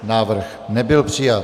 Návrh nebyl přijat.